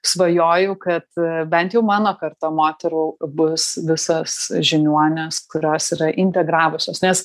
svajoju kad bent jau mano karta moterų bus visos žiniuonės kurios yra integravusios nes